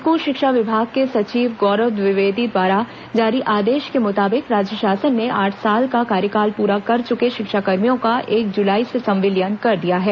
school शिक्षा विभाग के सचिव गौरव द्विवेदी द्वारा जारी आदेश के मुताबिक राज्य शासन ने आठ साल का कार्यकाल प्रा कर चुके शिक्षाकर्मियों का एक जुलाई से संविलियन कर दिया है